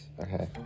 okay